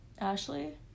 Ashley